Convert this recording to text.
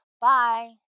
Bye